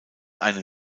einen